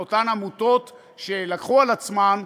לאותן עמותות שלקחו על עצמן,